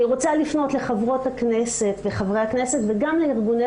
אני רוצה לפנות לחברות וחברי הכנסת וגם לארגוני